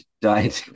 died